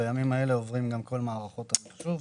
בימים אלה עוברות גם כל מערכות המחשוב.